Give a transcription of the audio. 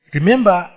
Remember